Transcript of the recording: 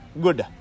Good